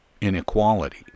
inequality